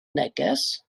neges